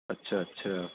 اچھا اچھا